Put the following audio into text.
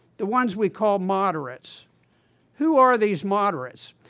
the ones we call moderates who are these moderates?